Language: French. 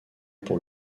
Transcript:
pour